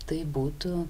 tai būtų